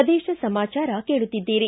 ಪ್ರದೇಶ ಸಮಾಚಾರ ಕೇಳುತ್ತಿದ್ದೀರಿ